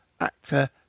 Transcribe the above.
actor